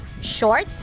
short